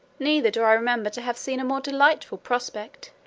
neither do i remember to have seen a more delightful prospect.